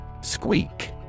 Squeak